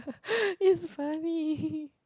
it's funny